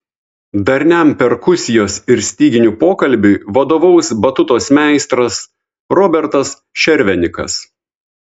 darniam perkusijos ir styginių pokalbiui vadovaus batutos meistras robertas šervenikas